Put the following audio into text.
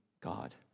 God